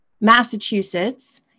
Massachusetts